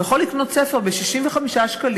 והוא יכול לקנות ספר ב-65 שקלים,